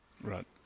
Right